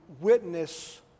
witness